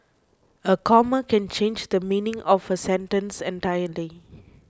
a comma can change the meaning of a sentence entirely